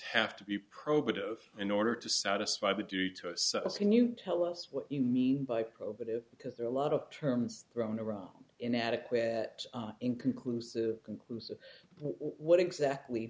have to be probative in order to satisfy the duty to us can you tell us what you mean by probative because there are a lot of terms thrown around inadequate that inconclusive conclusive what exactly